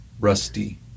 rusty